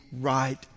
right